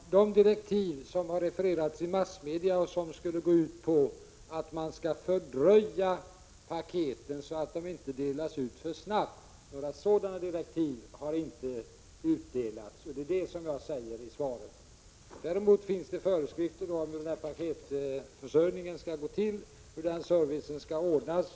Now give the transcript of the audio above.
Fru talman! Några sådana direktiv som har refererats i massmedia och som skulle gå ut på att paketen skulle fördröjas, så att de inte delades ut för snabbt, har inte utfärdats. Det är det jag säger i svaret. Däremot finns det föreskrifter om hur pakethanteringen skall gå till och hur den servicen skall ordnas.